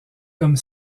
comme